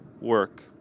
work